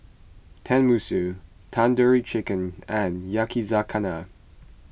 Tenmusu Tandoori Chicken and Yakizakana